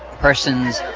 persons